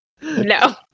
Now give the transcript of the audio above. No